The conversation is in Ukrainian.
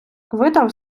видав